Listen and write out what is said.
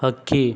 ಹಕ್ಕಿ